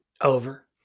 Over